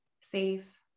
safe